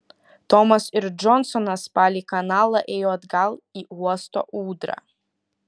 tomas ir džonsonas palei kanalą ėjo atgal į uosto ūdrą